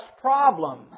problem